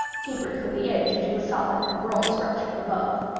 tapering from the edge into a solid and broad structure above.